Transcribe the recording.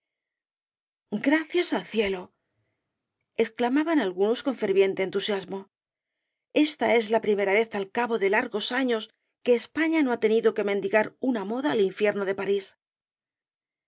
gracias al cielo exclamaban algunos con ferviente entusiasmo esta es la primera vez al cabo de largos años que españa no ha tenido que mendigar una moda al infierno de parís